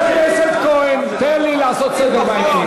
הכנסת כהן, תן לי לעשות סדר בעניינים.